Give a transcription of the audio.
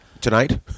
tonight